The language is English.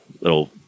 little